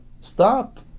stop